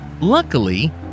Luckily